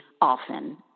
often